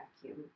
vacuum